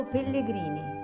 Pellegrini